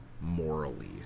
morally